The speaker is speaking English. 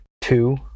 two